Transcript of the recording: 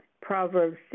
Proverbs